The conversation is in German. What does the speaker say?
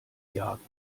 jagen